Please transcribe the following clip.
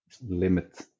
limit